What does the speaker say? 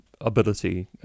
ability